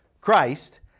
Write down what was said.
Christ